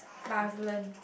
must learn